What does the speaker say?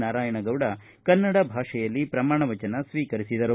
ನಾರಾಯಣಗೌಡ ಕನ್ನಡ ಭಾಷೆಯಲ್ಲಿ ಪ್ರಮಾಣ ವಚನ ಸ್ವೀಕರಿಸಿದರು